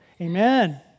Amen